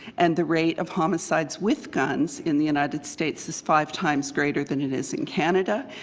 and the rate of homicides with guns in the united states is five times greater than it is in canada,